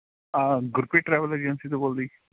Gurpreet travel agency ਤੋਂ ਬੋਲਦੇ ਜੀ